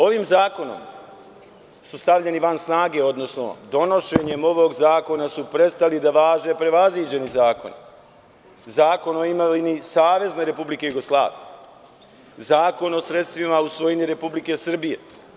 Ovim zakonom su stavljeni van snage, odnosno donošenjem ovog zakona su prestali da važe prevaziđeni zakoni, a to su Zakon o imovini SRJ, Zakon o sredstvima u svojini Republike Srbije.